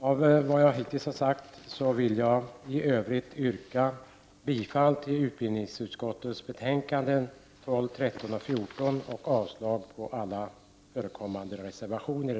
Avslutningsvis yrkar jag bifall till utbildningsutskottets hemställan i betänkandena 12, 13 och 14 samt avslag på alla förekommande reservationer.